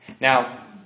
Now